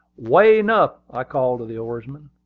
way enough! i called to the oarsmen.